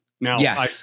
Now